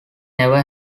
never